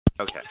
Okay